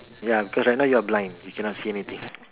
ya cause right now you're blind you can not see anything